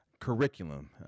curriculum